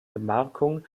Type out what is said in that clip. gemarkung